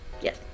Yes